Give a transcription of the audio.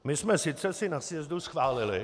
My jsme si sice na sjezdu schválili...